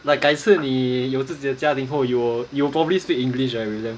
like 改次你有自己的家庭后 you will you will probably speak in english right with them